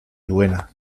duena